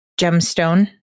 gemstone